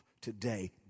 today